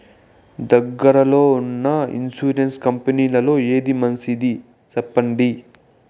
దగ్గర లో ఉన్న ఇన్సూరెన్సు కంపెనీలలో ఏది మంచిది? సెప్పండి?